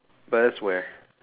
but that's where